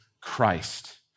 Christ